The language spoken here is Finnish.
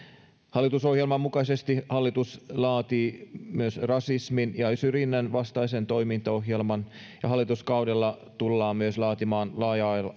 hallitusohjelman mukaisesti hallitus laatii myös rasismin ja syrjinnän vastaisen toimintaohjelman ja hallituskaudella tullaan myös laatimaan laaja